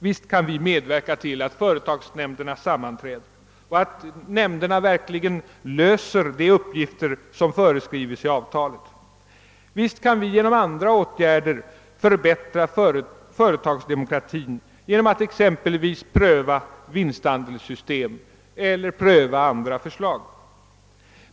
Visst kan vi medverka till att företagsnämnderna sammanträder och att nämnderna verkligen löser de uppgifter som föreskrives i avtalet. Visst kan vi genom andra åtgärder förbättra företagsdemokratin genom att exempelvis pröva vinstandelssystem eller andra förslag.